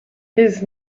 his